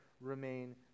remain